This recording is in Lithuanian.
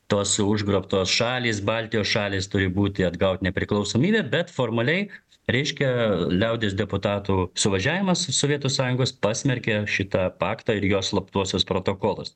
tos užgrobtos šalys baltijos šalys turi būti atgaut nepriklausomybę bet formaliai reiškia liaudies deputatų suvažiavimas sovietų sąjungos pasmerkė šitą paktą ir jo slaptuosius protokolus